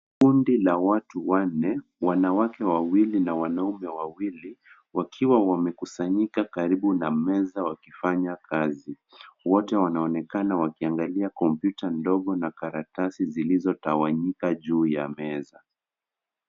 Kundi la watu wanne, wanawake wawili na wanaume wawili, wakiwa wamekusanyika karibu na meza wakifanya kazi. Wote wanaonekana wakiangalia kompyuta ndogo na karatasi zilizotawanyika juu ya meza.